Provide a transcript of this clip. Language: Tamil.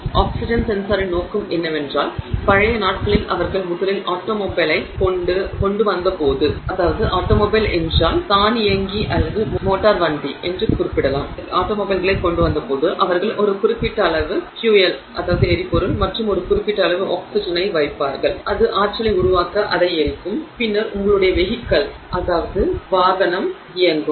ஆக்ஸிஜன் சென்சாரின் நோக்கம் என்னவென்றால் பழைய நாட்களில் அவர்கள் முதலில் ஆட்டோமொபைல்களைக் கொண்டு வந்தபோது அவர்கள் ஒரு குறிப்பிட்ட அளவு ஃபியூயல் மற்றும் ஒரு குறிப்பிட்ட அளவு ஆக்ஸிஜனை வைப்பார்கள் அது ஆற்றலை உருவாக்க அதை எரிக்கும் பின்னர் உங்களுடைய வெஹிகிள் இயங்கும்